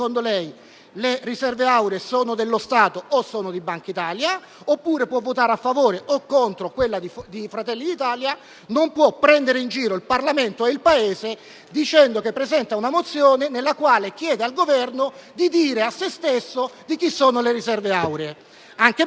le riserve auree sono dello Stato o sono di Bankitalia, oppure può votare a favore o contro la mozione di Fratelli d'Italia. Ma non può prendere in giro il Parlamento e il Paese presentando una mozione nella quale chiede al Governo di dire a se stesso di chi sono le riserve auree.